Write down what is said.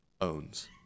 owns